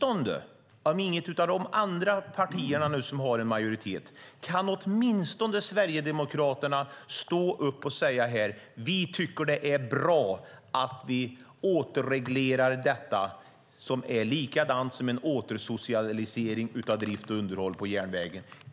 Om inget av de andra partierna som utgör en majoritet här kan säga det kan väl åtminstone Sverigedemokraterna här säga: Vi tycker att det är bra att vi återreglerar detta - lika med en återsocialisering av drift och underhåll av järnvägen.